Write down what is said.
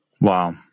Wow